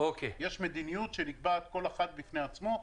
יש מדיניות שנקבעת, כל אחת בפני עצמה.